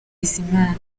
bizimana